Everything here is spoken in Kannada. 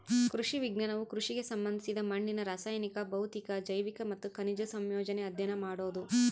ಕೃಷಿ ವಿಜ್ಞಾನವು ಕೃಷಿಗೆ ಸಂಬಂಧಿಸಿದ ಮಣ್ಣಿನ ರಾಸಾಯನಿಕ ಭೌತಿಕ ಜೈವಿಕ ಮತ್ತು ಖನಿಜ ಸಂಯೋಜನೆ ಅಧ್ಯಯನ ಮಾಡೋದು